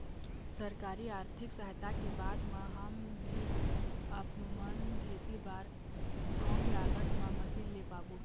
सरकारी आरथिक सहायता के बाद मा हम भी आपमन खेती बार कम लागत मा मशीन ले पाबो?